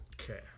Okay